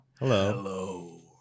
Hello